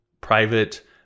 private